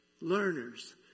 learners